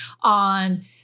on